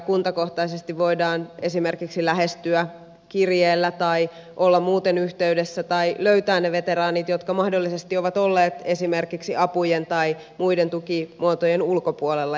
kuntakohtaisesti voidaan esimerkiksi lähestyä kirjeellä tai olla muuten yhteydessä tai löytää ne veteraanit jotka mahdollisesti ovat olleet esimerkiksi apujen tai muiden tukimuotojen ulkopuolella